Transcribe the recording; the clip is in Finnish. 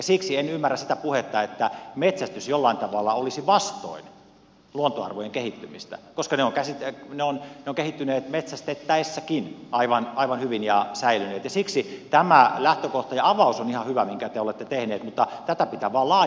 siksi en ymmärrä sitä puhetta että metsästys jollain tavalla olisi vastoin luontoarvojen kehittymistä koska ne ovat kehittyneet ja säilyneet metsästettäessäkin aivan hyvin ja siksi tämä lähtökohta ja avaus on ihan hyvä minkä te olette tehnyt mutta tätä pitää vain laajentaa